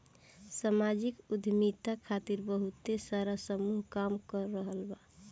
सामाजिक उद्यमिता खातिर बहुते सारा समूह काम कर रहल बा